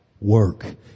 work